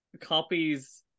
copies